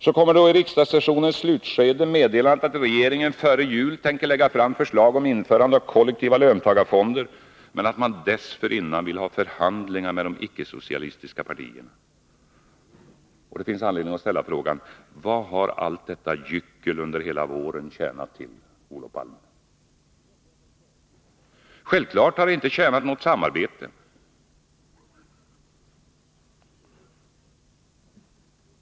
Så kommer då i riksdagssessionens slutskede meddelandet att regeringen före jul tänker lägga fram förslag om införande av kollektiva löntagarfonder men att man dessförinnan vill ha förhandlingar med de icke-socialistiska partierna. Det finns anledning att ställa frågan: Vad har detta gyckel under hela våren tjänat till, Olof Palme? Självfallet har det inte tjänat något samarbete.